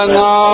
no